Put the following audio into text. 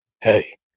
Hey